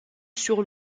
sur